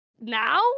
now